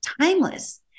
timeless